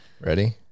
Ready